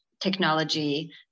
technology